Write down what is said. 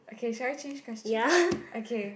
okay should I change question okay